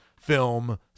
film